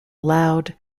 loud